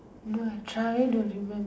no I trying to remember